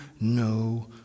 no